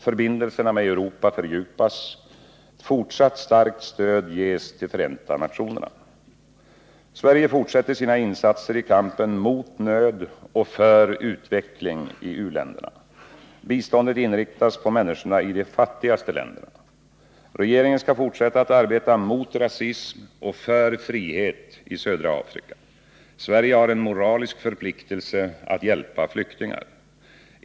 Förbindelserna med Europa fördjupas. Ett fortsatt starkt stöd ges till Förenta nationerna. Sverige fortsätter sina insatser i kampen mot nöd och för utveckling i u-länderna. Biståndet inriktas på människorna i de fattigaste länderna. Regeringen skall fortsätta arbeta mot rasism och för frihet i södra Afrika. Sverige har en moralisk förpliktelse att hjälpa flyktingar.